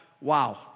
wow